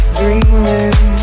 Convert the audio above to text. dreaming